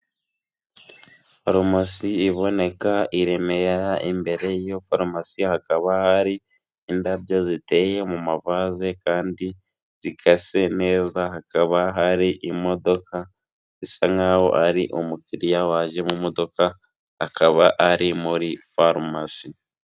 Farumasi iboneka i Remera imbere y'iyo farumasi hakaba hari indabyo ziteye mu mavaze kandi zikase neza, hakaba hari imodoka bisa nkaho ari umukiriya waje mu modoka akaba ari muri farumasi.